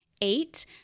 Eight